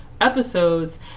episodes